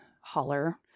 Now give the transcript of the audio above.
holler